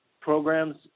programs